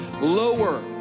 lower